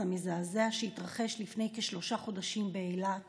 המזעזע שהתרחש לפני כשלושה חודשים באילת